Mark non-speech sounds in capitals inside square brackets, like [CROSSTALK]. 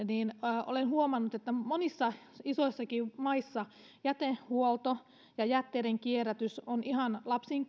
[UNINTELLIGIBLE] niin olen huomannut että monissa isoissakin maissa jätehuolto ja jätteiden kierrätys on ihan